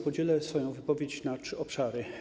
Podzielę swoją wypowiedź na trzy obszary.